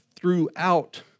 Throughout